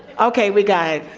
okay, we got it,